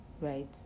right